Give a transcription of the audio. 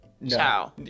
no